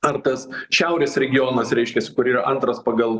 ar tas šiaurės regionas reiškiasi kuris antras pagal